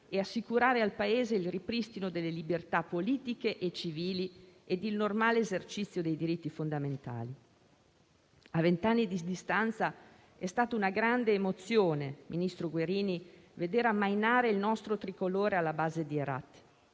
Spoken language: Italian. e assicurare al Paese il ripristino delle libertà politiche e civili e il normale esercizio dei diritti fondamentali. Ministro Guerini, a vent'anni di distanza è stata una grande emozione veder ammainare il nostro tricolore alla base di Herat.